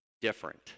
different